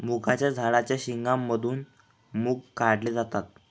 मुगाच्या झाडाच्या शेंगा मधून मुग काढले जातात